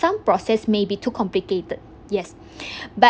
some process may be too complicated yes but